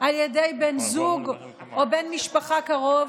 על ידי בן זוג או בן משפחה קרוב,